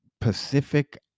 Pacific